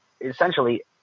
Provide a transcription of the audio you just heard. essentially